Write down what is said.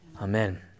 Amen